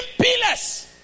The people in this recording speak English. pillars